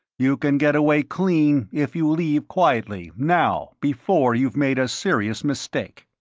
you can get away clean if you leave quietly, now, before you've made a serious mistake.